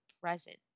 present